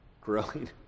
growing